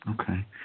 Okay